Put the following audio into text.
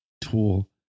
tool